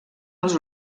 als